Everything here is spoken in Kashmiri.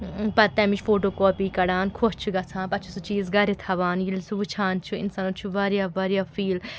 پَتہٕ تَمِچ فوٹوٗ کاپی کَڈان خۄش چھُ گژھان پَتہٕ چھُ سُہ چیٖز گَرِ تھاوان ییٚلہِ سُہ وُچھان چھُ اِنسانَس چھُ واریاہ واریاہ فیٖل